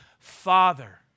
Father